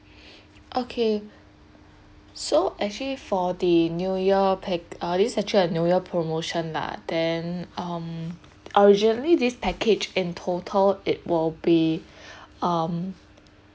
okay so actually for the new year pack uh this actually a new year promotion lah then um originally this package in total it will be um